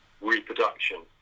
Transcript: reproduction